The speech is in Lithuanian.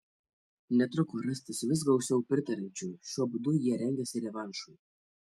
netruko rastis vis gausiau pritariančių šiuo būdu jie rengėsi revanšui